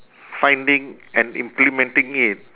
finding and implementing it